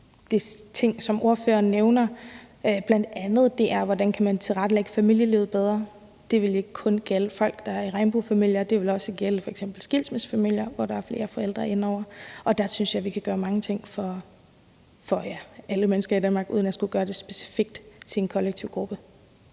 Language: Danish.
De ting, som ordføreren nævner, bl.a. hvordan man kan tilrettelægge familielivet bedre, vil ikke kun gælde folk, der er i regnbuefamilier, men det vil også gælde f.eks. skilsmissefamilier, hvor der er flere forældre inde over. Og der synes jeg, vi kan gøre mange ting for, ja, alle mennesker i Danmark uden at skulle gøre det specifikt for en kollektiv gruppe.